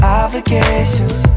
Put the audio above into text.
obligations